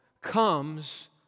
comes